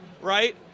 right